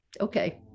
okay